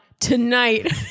tonight